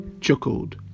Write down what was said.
chuckled